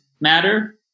matter